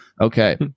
Okay